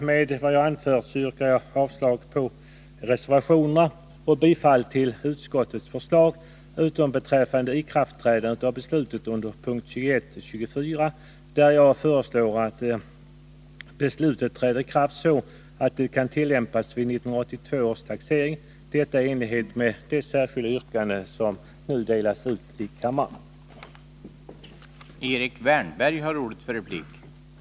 Med det anförda yrkar jag avslag på reservationerna och bifall till utskottets hemställan utom beträffande ikraftträdandet, punkterna 21-24, där jag föreslår att beslutet träder i kraft så att det kan tillämpas vid 1982 års taxering enligt det särskilda yrkande som nu delas ut till kammarens ledamöter och som har följande lydelse: